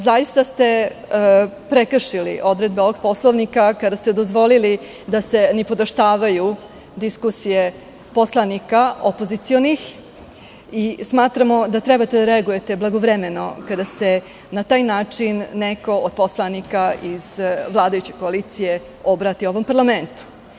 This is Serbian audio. Zaista ste prekršili odredbe ovog poslovnika, kada ste dozvolili da se nipodaštavaju diskusije poslanika opozicionih i smatramo da treba da reagujete blagovremeno, kada se na taj način neko od poslanika iz vladajuće koalicije obrati ovom parlamentu.